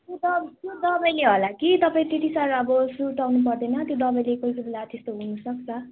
त्यो त त्यो दबाईले होला कि तपाईँ त्यति साह्रो अब सुर्ताउनु पर्दैन त्यो दबाईले कोही कोही बेला त्यस्तो हुनुसक्छ